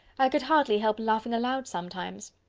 i could hardly help laughing aloud sometimes.